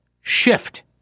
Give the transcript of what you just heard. shift